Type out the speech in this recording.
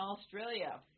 Australia